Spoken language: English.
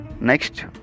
next